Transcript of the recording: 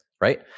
right